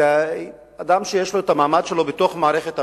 זה אדם שיש לו המעמד שלו בתוך מערכת המשפט,